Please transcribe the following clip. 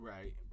Right